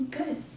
good